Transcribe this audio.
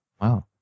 wow